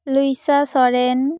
Luisa Soren